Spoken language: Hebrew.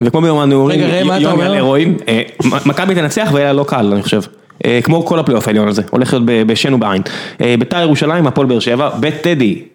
וכמו, יום מלא אירועים, מכבי תנצח והיה לא קל אני חושב, כמו כל הפלייאוף העליון הזה, הולך להיות בשן ובעין, ביתר ירושלים, הפועל באר שבע, בטדי.